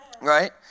Right